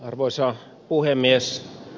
arvoisa puhemies